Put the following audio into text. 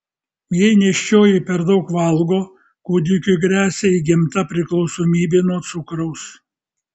jei nėščioji per daug valgo kūdikiui gresia įgimta priklausomybė nuo cukraus